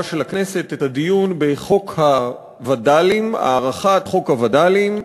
של הכנסת את הדיון בהארכת חוק הווד"לים,